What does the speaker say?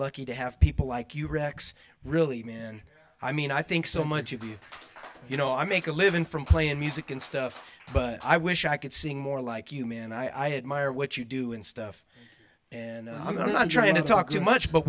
lucky to have people like you rex really man i mean i think so much of you you know i make a living from playing music and stuff but i wish i could sing more like you man i admire what you do and stuff and i'm not trying to talk too much but